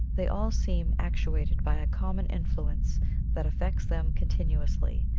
they all seem actuated by a common influence that affects them continuously,